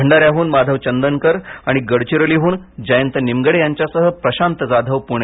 भंडाऱ्याहून माधव चंदनकर आणि गडचिरोलीहून जयंत निमगडे यांच्यासह प्रशांत जाधव पुणे